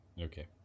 Okay